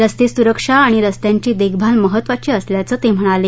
रस्ते सुरक्षा आणि रस्त्यांची देखभाल महत्त्वाची असल्याचं ते म्हणाले